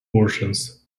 portions